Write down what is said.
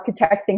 architecting